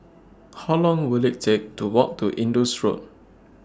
How Long Will IT Take to Walk to Indus Road